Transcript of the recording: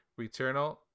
Returnal